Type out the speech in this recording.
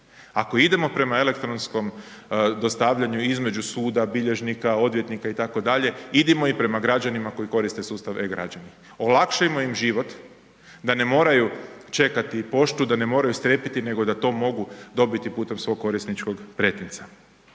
Ako idemo prema elektronskom dostavljanju između suda, bilježnika, odvjetnika itd., idimo i prema građanima koji koriste sustav e-građani. Olakšajmo im život da ne moraju čekati poštu, da ne moraju strepiti nego da to mogu dobiti putem svog korisničkog pretinca.